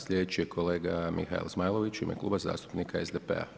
Sljedeći je kolega Mihael Zmajlović u ime Kluba zastupnika SDP-a.